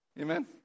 Amen